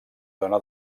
dóna